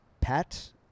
Pat